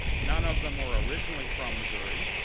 none of them were originally from missouri.